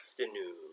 afternoon